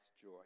joy